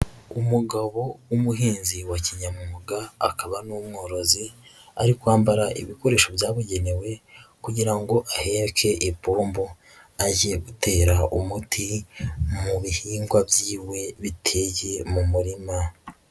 Umugabo w'umuhinzi wa kinyamwuga akaba n'umworozi, ari kwambara ibikoresho byabugenewe kugira ngo aheke ipombo, ajye gutera umuti mu bihingwa byiwe biteye mu murima.